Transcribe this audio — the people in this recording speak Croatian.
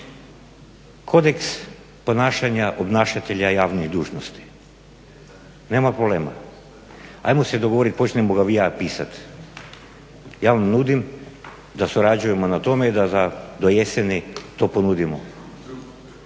kodeks ponašanja obnašatelja javnih dužnosti. Nema problema, ajmo se dogovorit počnemo ga vi i ja pisat. Ja vam nudim da surađujemo na tome i da do jeseni to ponudimo.